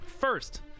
First